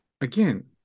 Again